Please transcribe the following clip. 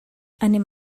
anem